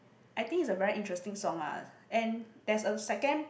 I think is a very interesting song ah and there's a second